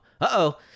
Uh-oh